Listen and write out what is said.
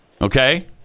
Okay